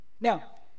Now